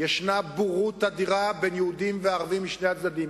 ישנה בורות אדירה בין יהודים לערבים, משני הצדדים.